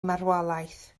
marwolaeth